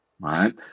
right